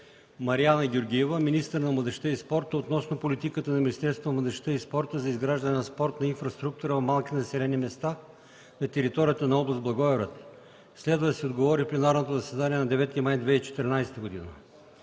Мариана Георгиева – министър на младежта и спорта, относно политиката на Министерството на младежта и спорта за изграждане на спортна инфраструктура в малки населени места на територията на област Благоевград. Следва да се отговори в пленарното заседание на 9 май 2014 г.